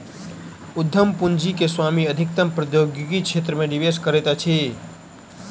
उद्यम पूंजी के स्वामी अधिकतम प्रौद्योगिकी क्षेत्र मे निवेश करैत अछि